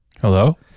Hello